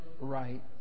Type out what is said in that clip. right